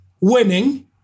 winning